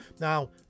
Now